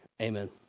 Amen